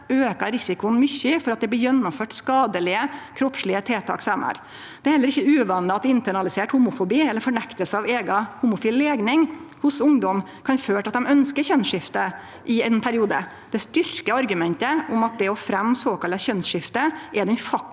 aukar risikoen for at det blir gjennomført skadelege kroppslege tiltak seinare. Det er heller ikkje uvanleg at internalisert homofobi eller fornekting av eiga homofil legning hos ungdom kan føre til at dei ønskjer kjønnsskifte i ein periode. Det styrkjer argumentet om at det å fremje såkalla kjønnsskifte er den faktiske